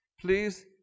Please